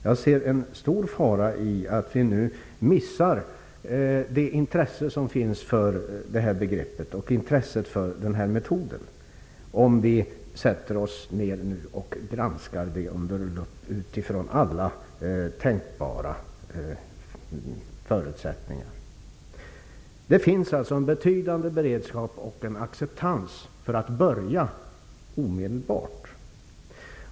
Jag ser en stor fara för att vi missar det intresse som finns för begreppet skatteväxling och för den metod som den representerar, om vi nu sätter oss ned och granskar det under lupp utifrån alla tänkbara förutsättningar. Det finns en betydande beredskap och en acceptans för att börja omedelbart.